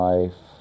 Life